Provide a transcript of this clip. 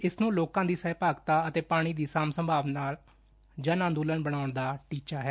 ਇਸਨੂੰ ਲੋਕਾਂ ਦੀ ਸਹਿਭਾਗਤਾ ਅਤੇ ਪਾਣੀ ਦੀ ਸਾਂਭ ਸੰਭਾਲ ਨਾਲ ਜਨ ਅੰਦੋਲਨ ਬਣਾਉਣ ਦਾ ਟੀਚਾ ਹੈ